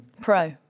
Pro